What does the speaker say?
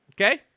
okay